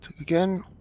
Again